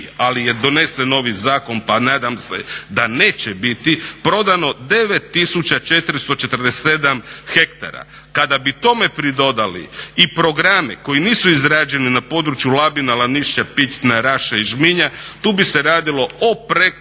ali je donsen novi Zakon pa nadam se da neće biti prodano 9.447 hektara. Kada bi tome pridodali i programe koji nisu izrađeni na području Labina, Lanišća, … i Žminja tu bi se radilo o preko